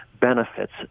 benefits